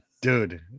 Dude